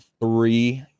three